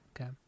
okay